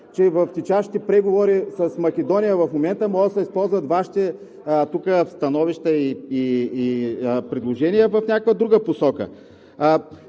че в течащите преговори с Македония в момента могат да се използват Вашите становища и предложения в някаква друга посока.